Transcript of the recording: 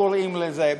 קוראים לזה,